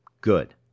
Good